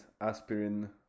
aspirin